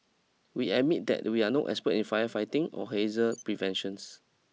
we admit that we are no expert in firefighting or hazel preventions